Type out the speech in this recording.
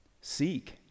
seek